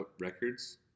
records